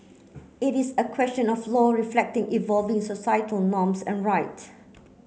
it is a question of law reflecting evolving societal norms and right